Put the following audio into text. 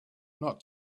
not